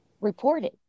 reported